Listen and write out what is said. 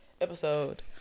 episode